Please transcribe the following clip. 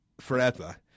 forever